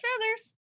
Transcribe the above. feathers